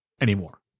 anymore